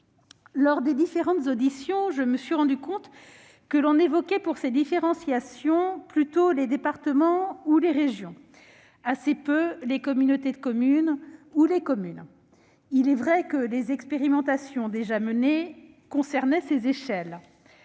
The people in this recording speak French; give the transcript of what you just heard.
Lors des différentes auditions, je me suis rendu compte que, pour ces différenciations, on évoquait plutôt les départements ou les régions et assez peu les communautés de communes ou les communes. Il est vrai que les expérimentations déjà menées concernaient ces échelles.